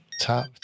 Top